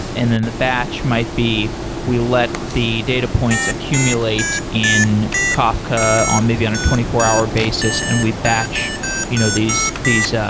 and then the batch might be we let the data points accumulate in kafka on maybe on a twenty four hour basis and we batch you know these these ah